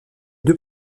deux